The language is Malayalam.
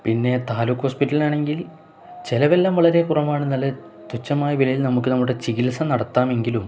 പിന്നെ താലൂക്ക് ഹോസ്പിറ്റലിലാണെങ്കിൽ ചിലവെല്ലം വളരെ കുറവമാണ് നല്ല തുച്ഛമായ വിലയിൽ നമുക്ക് നമ്മുടെ ചികിത്സ നടത്താമെങ്കിലും